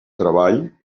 treball